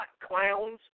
Clowns